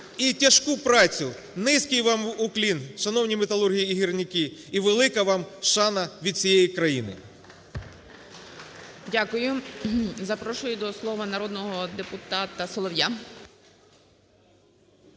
і тяжку працю. Низький вам уклін, шановні металурги і гірники, і велика вам шана від усієї країни. ГОЛОВУЮЧИЙ. Дякую. Запрошую до слова народного депутата Солов'я.